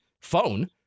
phone